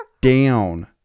down